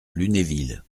lunéville